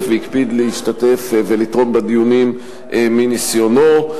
והקפיד להשתתף בדיונים ולתרום מניסיונו.